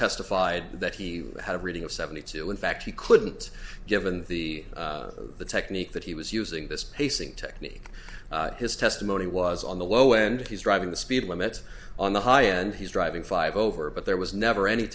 testified that he had a rating of seventy two in fact he couldn't given the technique that he was using this pacing technique his testimony was on the low end he's driving the speed limit on the high end he's driving five over but there was never any